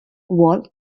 wall